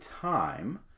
time